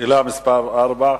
שאלה מס' 4,